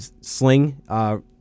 sling